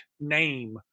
name